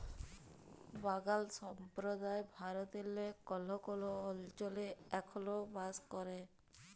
বাগাল সম্প্রদায় ভারতেল্লে কল্হ কল্হ অলচলে এখল বাস ক্যরে